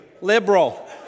liberal